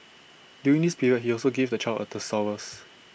during this period he also gave the child A thesaurus